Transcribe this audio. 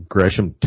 Gresham